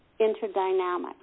interdynamic